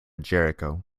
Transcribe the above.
jericho